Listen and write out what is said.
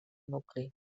nucli